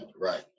Right